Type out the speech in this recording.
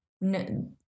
no